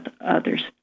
others